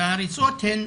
וההריסות הן